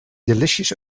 delicious